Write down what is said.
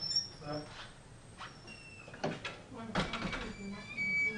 איזה פיצוי נותנים